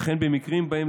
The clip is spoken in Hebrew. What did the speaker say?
וכן במקרים שבהם,